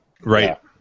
Right